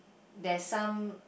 there's some